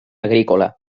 agrícola